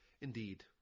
Indeed